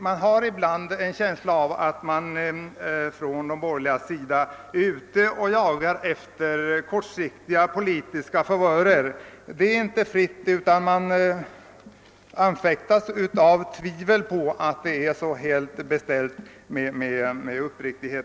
Man har ibland en känsla av att de borgerliga i detta sammanhang jagar efter kortsiktiga politiska favörer, och man kan därför anfäktas av tvivel på deras uppriktighet.